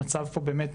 המצב פה הוא באמת